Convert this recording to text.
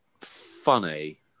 funny